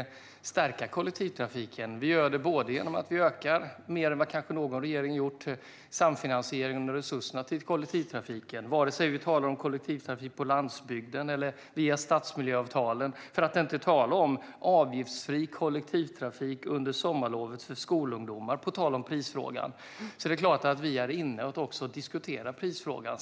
att stärka kollektivtrafiken. Vi gör det genom att vi, kanske mer än någon regering, ökar samfinansieringen och resurserna till kollektivtrafiken. Det gäller vare sig vi talar om kollektivtrafik på landsbygden eller via stadsmiljöavtalen. För att inte tala om att vi inför avgiftsfri kollektivtrafik under sommarlovet för skolungdomar, på tal om prisfrågan. Så vi diskuterar såklart också prisfrågan.